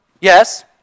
yes